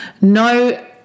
No